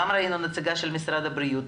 גם ראינו נציגה של משרד הבריאות.